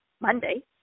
Monday